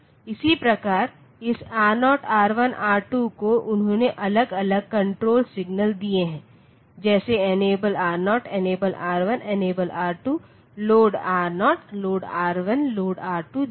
इसी प्रकार इस R0 R1 R2 को उन्होंने अलग अलग कण्ट्रोल सिग्नलSignal दिए हैं जैसे enable R0 enable R1 enable R2 load R0load R1 load R2 जैसे